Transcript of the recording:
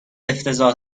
افتضاح